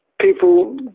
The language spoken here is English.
people